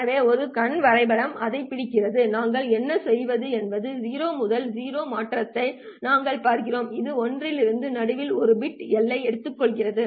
எனவே ஒரு கண் வரைபடம் அதைப் பிடிக்கிறது நாங்கள் என்ன செய்வது என்பது 0 முதல் 0 மாற்றத்தை நாங்கள் பார்க்கிறோம் இது 1 இலிருந்து நடுவில் ஒரு பிட் எல்லையை எடுத்துக்கொள்கிறது